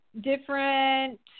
different